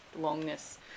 longness